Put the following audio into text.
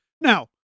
now